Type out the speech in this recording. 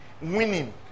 winning